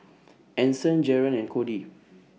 Anson Jaren and Cody